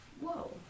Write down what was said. whoa